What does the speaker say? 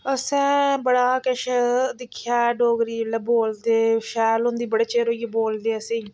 असें बड़ा किश दिक्खेआ ऐ डोगरी जेल्लै बोलदे शैल होंदी बड़े चिर होई गेआ बोलदे असेंगी